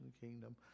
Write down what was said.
kingdom